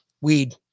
weed